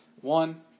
One